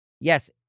Yes